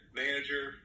manager